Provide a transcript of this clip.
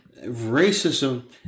racism